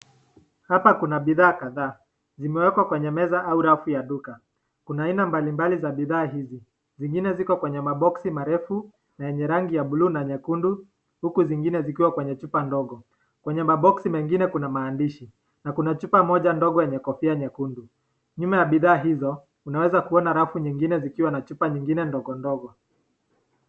Hapa kuna bidhaa kadhaa zimewekwa kwenye meza au rafu ya duka, kuna aina mbalimbali ya bidhaa hizi zingine kwenye ma boxi marefu yenye rangi ya buluu na nyekundu na huku zingine zikiwa kwenye chupa ndogo. Kwenye [cs maboxi mengine kuna maandishi na kuna chupa moja ndogo yenye kofia, Nyuma ya bidhaa hizo unaweza kuona rafu nyingine zikiwa na chupa nyingine ndogo ndogo .